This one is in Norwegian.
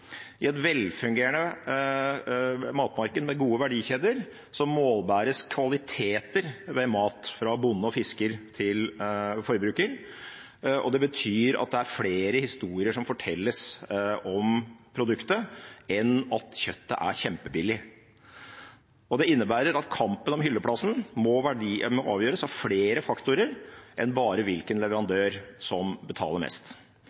I et velfungerende matmarked med gode verdikjeder målbæres kvaliteter ved mat fra bonde og fisker til forbruker, og det betyr at det er flere historier som fortelles om produktet enn at kjøttet er kjempebillig, og det innebærer at kampen om hylleplassen må avgjøres av flere faktorer enn bare hvilken leverandør som betaler mest.